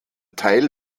teil